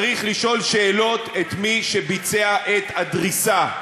צריך לשאול שאלות את מי שביצע את הדריסה,